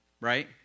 right